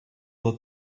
that